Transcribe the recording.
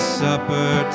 supper